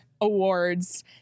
awards